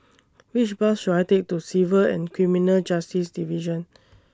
Which Bus should I Take to Civil and Criminal Justice Division